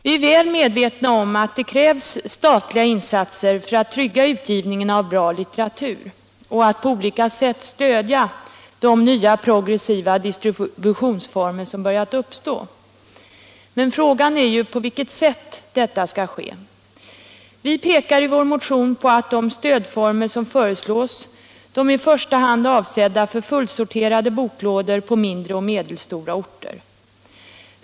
Vi är väl medvetna om att det krävs statliga insatser för att trygga utgivningen av bra litteratur och på olika sätt stödja de nya progressiva distributionsformer som börjat uppstå. Men frågan är på vilket sätt detta skall ske. Vi pekar i vår motion på att de stödformer som föreslås i första hand är avsedda för fullsorterade boklådor på mindre och medelstora orter.